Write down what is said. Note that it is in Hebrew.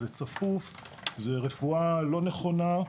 זה צפוף, זה רפואה לא נכונה.